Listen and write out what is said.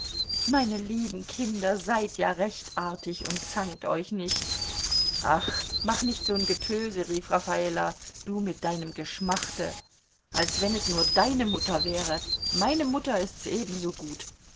meine lieben kinder seid ja recht artig und zankt euch nicht ach mach nicht so'n getöse rief raffala du mit deinem geschmachte als wenn es nur deine mutter wäre meine mutter ist's ebensogut